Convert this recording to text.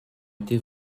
été